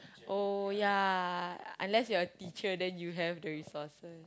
oh yeah unless you are a teacher then you have the resources